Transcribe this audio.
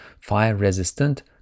fire-resistant